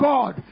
God